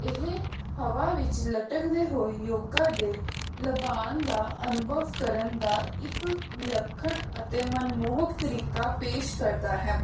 ਇਹ ਹਵਾ ਵਿੱਚ ਲਟਕਦੇ ਹੋਏ ਯੋਗਾਂ ਦੇ ਲੁਭਾਣ ਦਾ ਅਨੁਭਵ ਕਰਨ ਦਾ ਇੱਕ ਵਿਲੱਖਣ ਅਤੇ ਮਨਮੋਹਕ ਤਰੀਕਾ ਪੇਸ਼ ਕਰਦਾ ਹੈ